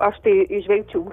aš tai įžvelgčiau